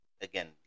again